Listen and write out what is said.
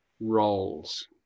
Roles